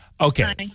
Okay